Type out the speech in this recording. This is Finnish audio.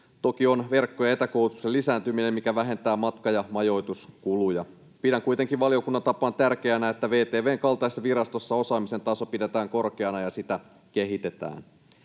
toki on verkko- ja etäkoulutuksen lisääntyminen, mikä vähentää matka- ja majoituskuluja. Pidän kuitenkin valiokunnan tapaan tärkeänä, että VTV:n kaltaisessa virastossa osaamisen taso pidetään korkeana ja sitä kehitetään.